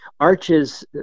Arches